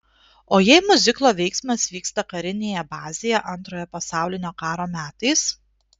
o jei miuziklo veiksmas vyksta karinėje bazėje antrojo pasaulinio karo metais